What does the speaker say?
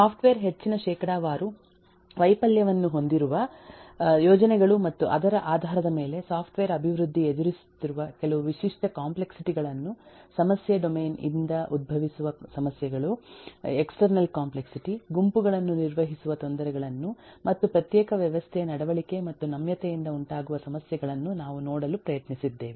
software ಹೆಚ್ಚಿನ ಶೇಕಡಾವಾರು ವೈಫಲ್ಯವನ್ನು ಹೊಂದಿರುವ ಯೋಜನೆಗಳು ಮತ್ತು ಅದರ ಆಧಾರದ ಮೇಲೆ ಸಾಫ್ಟ್ವೇರ್ ಅಭಿವೃದ್ಧಿ ಎದುರಿಸುತ್ತಿರುವ ಕೆಲವು ವಿಶಿಷ್ಟ ಕಾಂಪ್ಲೆಕ್ಸಿಟಿ ಗಳನ್ನು ಸಮಸ್ಯೆ ಡೊಮೇನ್ ಇಂದ ಉದ್ಭವಿಸುವ ಸಮಸ್ಯೆಗಳು ಎಕ್ಸ್ಟರ್ನಲ್ ಕಾಂಪ್ಲೆಕ್ಸಿಟಿ ಗುಂಪುಗಳನ್ನು ನಿರ್ವಹಿಸುವ ತೊಂದರೆಗಳನ್ನು ಮತ್ತು ಪ್ರತ್ಯೇಕ ವ್ಯವಸ್ಥೆಯ ನಡವಳಿಕೆ ಮತ್ತು ನಮ್ಯತೆಯಿಂದ ಉಂಟಾಗುವ ಸಮಸ್ಯೆಗಳನ್ನು ನಾವು ನೋಡಲು ಪ್ರಯತ್ನಿಸಿದ್ದೇವೆ